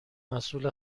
مسئول